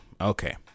Okay